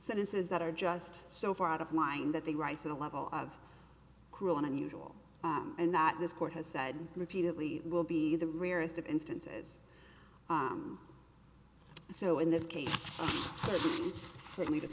sentences that are just so far out of mind that they rise to the level of cruel and unusual and that this court has said repeatedly will be the rarest of instances so in this case certainly does